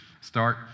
start